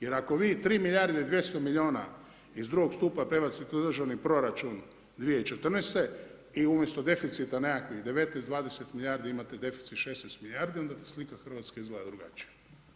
Jer ako vi 3 milijarde i 200 miliona iz drugog stupa prebacite u državni proračun 2014. i umjesto deficita nekakvih 19, 20 milijardi imate deficit 16 milijardi onda ta slika Hrvatske izgleda drugačije.